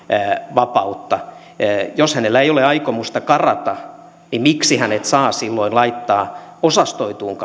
vapautta jos hänellä ei ole aikomusta karata miksi hänet saa silloin laittaa osastoituun